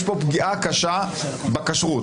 יש פה פגיעה קשה בכשרות.